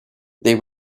they